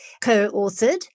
co-authored